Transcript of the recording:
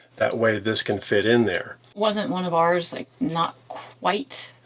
that way, this can fit in there. wasn't one of ours like not quite?